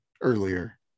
earlier